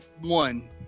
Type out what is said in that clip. one